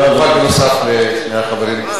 נוסף על שני החברים האחרים,